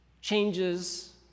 changes